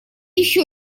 еще